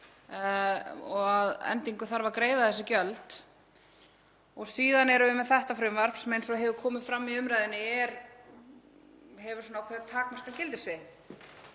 að endingu þarf að greiða þessi gjöld. Síðan erum við með þetta frumvarp sem, eins og hefur komið fram í umræðunni, hefur takmarkað gildissvið.